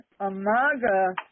Amaga